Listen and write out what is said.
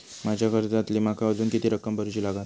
माझ्या कर्जातली माका अजून किती रक्कम भरुची लागात?